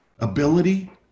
ability